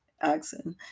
accent